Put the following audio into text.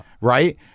Right